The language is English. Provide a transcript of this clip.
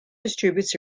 distributes